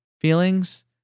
feelings